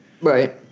Right